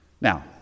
Now